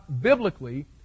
biblically